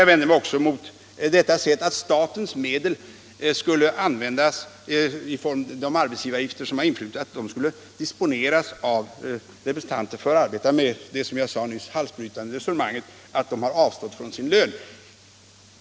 Jag vänder mig också mot att statens medel i form av de arbetsgivaravgifter som har influtit skulle disponeras av representanter för arbetstagarna på grundval av det, som jag sade, halsbrytande resonemanget att de har avstått från sin lön.